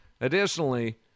additionally